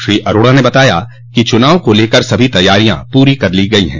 श्री अरोड़ा ने बताया है कि चुनाव को लेकर सभी तैयारियॉ पूरी कर ली गई हैं